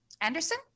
anderson